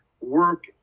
work